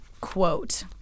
quote